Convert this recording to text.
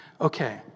Okay